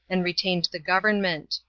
and retained the government.